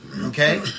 Okay